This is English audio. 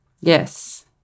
Yes